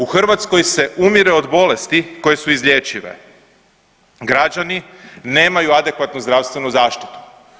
U Hrvatskoj se umire od bolesti koje su izlječive, građani nemaju adekvatnu zdravstvenu zaštitu.